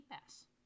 Pass